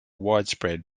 widespread